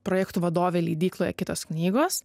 projektų vadovė leidykloje kitos knygos